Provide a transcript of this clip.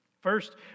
First